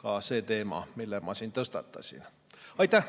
ka see teema, mille ma siin tõstatasin. Aitäh!